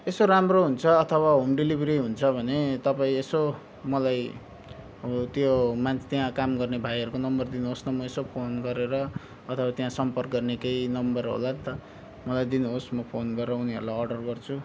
यसो राम्रो हुन्छ अथवा होम डिलिभरी हुन्छ भने तपाईँ यसो मलाई हो त्यो मान्छे त्यहाँ काम गर्ने भाइहरूको नम्बर दिनुहोस् न म यसो फोन गरेर अथवा त्यहाँ सम्पर्क गर्ने केही नम्बर होला नि त मलाई दिनुहोस् म फोन गरेर उनीहरूलाई अर्डर गर्छु